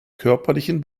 körperlichen